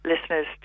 listeners